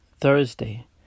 Thursday